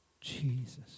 Jesus